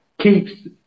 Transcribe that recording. keeps